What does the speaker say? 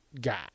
guy